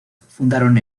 fundaron